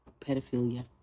pedophilia